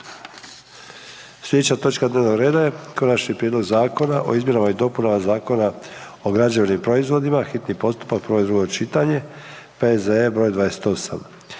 Sljedeća točka dnevnog reda je: - Konačni prijedlog Zakona o izmjenama i dopunama Zakona o građevnim proizvodima, hitni postupak, prvo i drugo čitanje, P.Z.E. broj 28